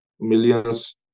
millions